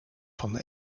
van